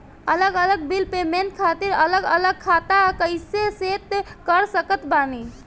अलग अलग bill payment खातिर अलग अलग खाता कइसे सेट कर सकत बानी?